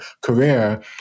career